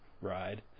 ride